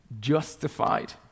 justified